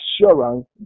assurance